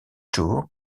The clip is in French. tour